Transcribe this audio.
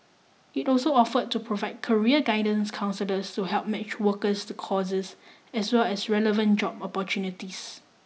it also offered to provide career guidance counsellors to help match workers to courses as well as relevant job opportunities